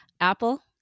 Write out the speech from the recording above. Apple